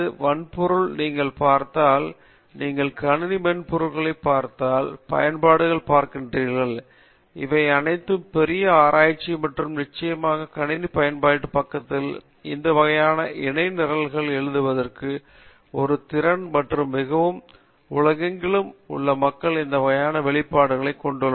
வன்பொருள் நீங்கள் பார்த்தால் நீங்கள் கணினி மென்பொருட்களைப் பார்த்தால் பயன்பாடுகளைப் பார்க்கிறீர்கள் இவை அனைத்தும் பெரிய ஆராய்ச்சிகள் மற்றும் நிச்சயமாக கணினி பயன்பாட்டு பக்கத்திலும் இந்த வகையான இணை நிரல்கள் எழுதுவதும் ஒரு திறன் மற்றும் மிகவும் சில உலகெங்கிலும் உள்ள மக்கள் இந்த வகையான வெளிப்பாடுகளைக் கொண்டுள்ளனர்